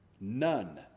None